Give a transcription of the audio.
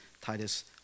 Titus